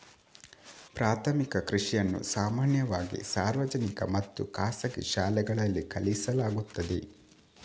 ಪ್ರಾಥಮಿಕ ಕೃಷಿಯನ್ನು ಸಾಮಾನ್ಯವಾಗಿ ಸಾರ್ವಜನಿಕ ಮತ್ತು ಖಾಸಗಿ ಶಾಲೆಗಳಲ್ಲಿ ಕಲಿಸಲಾಗುತ್ತದೆ